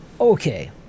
Okay